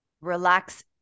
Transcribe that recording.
relax